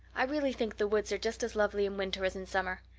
i really think the woods are just as lovely in winter as in summer.